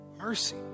Mercy